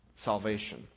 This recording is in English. salvation